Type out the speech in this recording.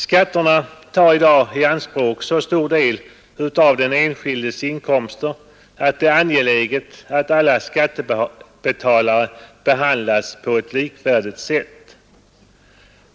Skatterna tar i dag i anspråk så stor del av den enskildes inkomster att det är angeläget att alla skattebetalare behandlas på ett likvärdigt sätt.